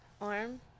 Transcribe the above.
arm